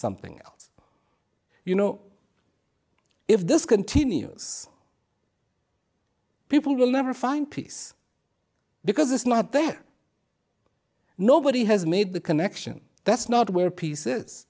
something else you know if this continues people will never find peace because it's not there nobody has made the connection that's not where peace